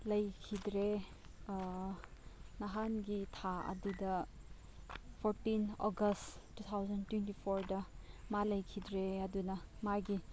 ꯂꯩꯈꯤꯗ꯭ꯔꯦ ꯅꯍꯥꯟꯒꯤ ꯊꯥ ꯑꯗꯨꯗ fourteen August two thousand twenty ꯐꯣꯔꯗ ꯃꯥ ꯂꯩꯈꯤꯗ꯭ꯔꯦ ꯑꯗꯨꯅ ꯃꯥꯒꯤ